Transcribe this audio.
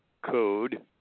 code